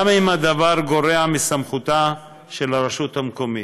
גם אם הדבר גורע מסמכותה של הרשות המקומית.